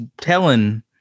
telling